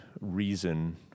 reason